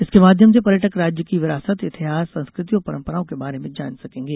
इसके माध्यम से पर्यटक राज्य की विरासत इतिहास संस्कृति और परम्पराओं के बारे में जान सकेंगे